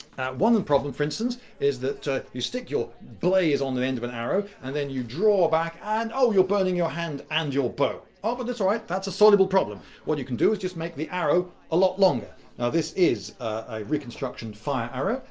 one problem for instance is that you stick your blaze on the end of an arrow and then you draw back and. ow! you're burning your hand and your bow. oh, but that's all right. that's a soluble problem. what you can do is just make the arrow a lot longer. now this is a reconstruction fire arrow.